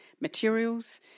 materials